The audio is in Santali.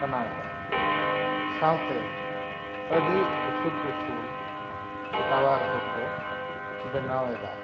ᱥᱟᱱᱟᱣ ᱮᱫᱟ ᱥᱟᱶᱛᱮ ᱟᱹᱰᱤ ᱩᱥᱩᱞ ᱩᱥᱩᱞ ᱴᱟᱣᱟᱨ ᱦᱚᱸᱠᱚ ᱵᱮᱱᱟᱣ ᱮᱫᱟ